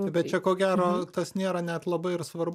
bet čia ko gero tas nėra labai ir svarbu